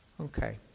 Okay